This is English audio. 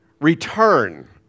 return